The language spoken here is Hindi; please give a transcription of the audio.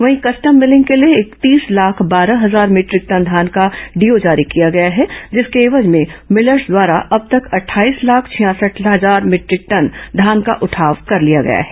वहीं कस्टम मिलिंग के लिए इकतीस लाख बारह हजार भीटरिक टन धान का डीओ जारी किया गया है जिसके एवज में मिलर्स द्वारा अब तक अट्ठाईस लाख छियासठ हजार भीटरिक टन धान का उठाव कर लिया गया है